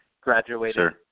graduated